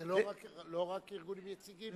זה לא רק ארגונים יציגים?